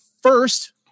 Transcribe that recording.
first